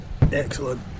Excellent